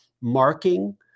marking